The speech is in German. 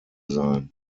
sein